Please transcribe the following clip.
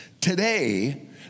Today